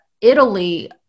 Italy